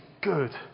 good